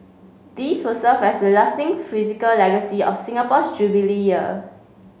these will serve as a lasting physical legacy of Singapore's Jubilee Year